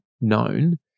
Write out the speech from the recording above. known